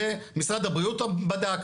זה משרד הבריאות בדק,